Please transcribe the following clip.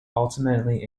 ultimately